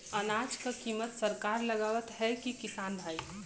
अनाज क कीमत सरकार लगावत हैं कि किसान भाई?